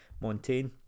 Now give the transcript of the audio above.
Montaigne